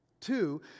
Two